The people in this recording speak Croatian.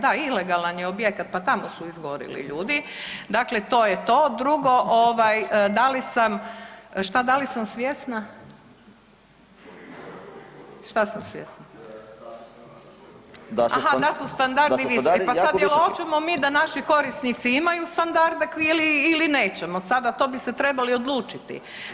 Da, ilegalan je objekat pa tamo su izgorili ljudi, dakle to je to. drugo, da li sam svjesna … [[Upadica se ne razumije.]] šta sam svjesna, aha … [[Upadica se ne razumije.]] da su standardi visoki, e pa sad hoćemo mi da naši korisnici imaju standarde ili nećemo, sada to bi se trebali odlučiti.